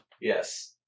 Yes